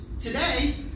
today